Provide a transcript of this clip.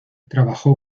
trabajó